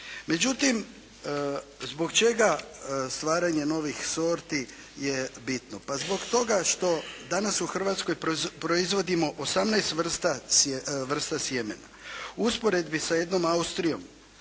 Međutim, zbog čega stvaranje novih sorti je bitno? Pa zbog toga što danas u Hrvatskoj proizvodimo 18 vrsta sjemena. U usporedbi s jednom Austrijom